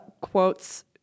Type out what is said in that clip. quotes